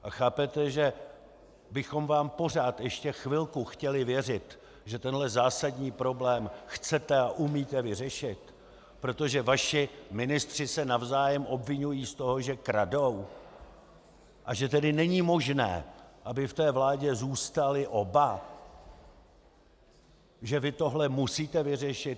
A chápete, že bychom vám pořád ještě chvilku chtěli věřit, že tenhle zásadní problém chcete a umíte vyřešit, protože vaši ministři se navzájem obviňují z toho, že kradou, a že tedy není možné, aby ve vládě zůstali oba, že vy tohle musíte vyřešit?